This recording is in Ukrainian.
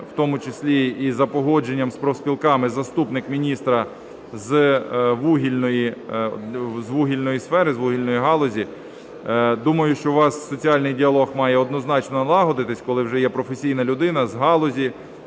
в тому числі і за погодженням з профспілками, заступник міністра з вугільної сфери, з вугільної галузі. Думаю, що у вас соціальний діалог має однозначно налагодитися, коли вже є професійна людина з галузі,